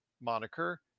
moniker